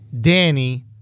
Danny